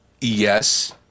Yes